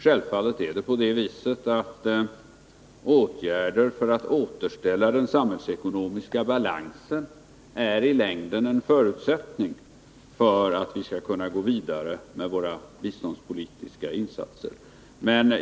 Självfallet är det på det viset att åtgärder för att återställa den samhällsekonomiska balansen i längden är en förutsättning för att vi skall kunna gå vidare med våra biståndspolitiska insatser.